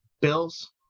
bills